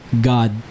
God